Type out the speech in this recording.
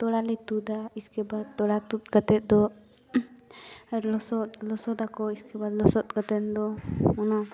ᱛᱳᱞᱟᱞᱮ ᱛᱩᱫᱟ ᱤᱥᱠᱮ ᱵᱟᱫᱽ ᱛᱳᱞᱟ ᱛᱩᱫ ᱠᱟᱛᱮ ᱫᱚ ᱞᱚᱥᱚᱫ ᱞᱚᱥᱚᱫᱟᱠᱚ ᱤᱥᱠᱮ ᱵᱟᱫᱽ ᱞᱚᱥᱚᱫ ᱠᱟᱛᱮᱱᱫᱚ ᱚᱱᱟ